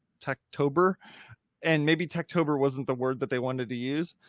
tech, tober and maybe tech tober wasn't the word that they wanted to use.